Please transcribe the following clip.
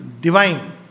divine